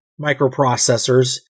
microprocessors